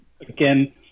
again